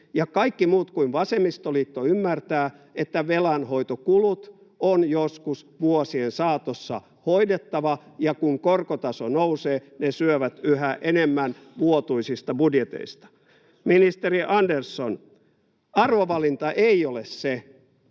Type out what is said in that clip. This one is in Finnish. kaikki muut kuin vasemmistoliitto ymmärtävät, että velanhoitokulut on joskus vuosien saatossa hoidettava ja että kun korkotaso nousee, ne syövät yhä enemmän vuotuisista budjeteista. Ministeri Andersson, arvovalinta ei ole,